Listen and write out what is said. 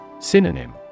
Synonym